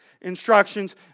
instructions